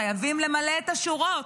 חייבים למלא את השורות,